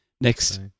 Next